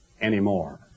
anymore